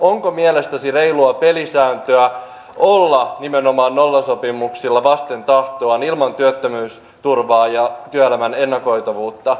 onko mielestäsi reilua pelisääntöä olla nimenomaan nollasopimuksilla vasten tahtoaan ilman työttömyysturvaa ja työelämän ennakoitavuutta